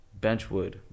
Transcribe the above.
Benchwood